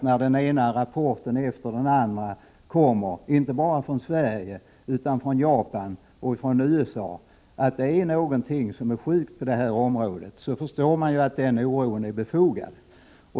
När den ena rapporten efter den andra — inte bara i Sverige utan också i Japan och i USA -— visar att det är något som är sjukt på det här området, då kan man förstå att oron är befogad.